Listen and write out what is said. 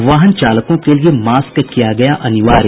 वाहन चालकों के लिए मास्क किया गया अनिवार्य